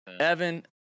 evan